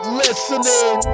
listening